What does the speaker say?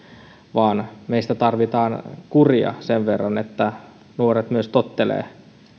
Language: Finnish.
vaan meistä tarvitaan kuria sen verran että nuoret myös tottelevat